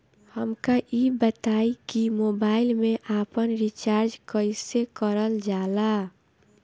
हमका ई बताई कि मोबाईल में आपन रिचार्ज कईसे करल जाला?